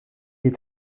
est